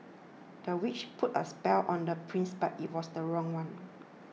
the witch put a spell on the prince but it was the wrong one